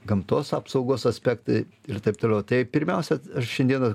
gamtos apsaugos aspektą ir taip toliau tai pirmiausia aš šiandieną